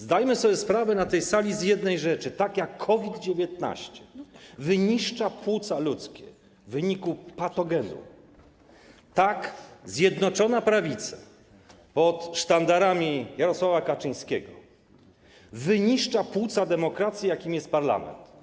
Zdajmy sobie sprawę na tej sali z jednej rzeczy: tak jak COVID19 wyniszcza płuca ludzkie w wyniku patogenu, tak Zjednoczona Prawica pod sztandarami Jarosława Kaczyńskiego wyniszcza płuca demokracji, jakimi jest parlament.